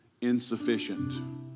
insufficient